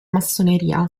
massoneria